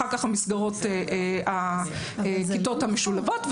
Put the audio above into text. אחר כך הכיתות המשולבות,